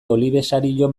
olibesario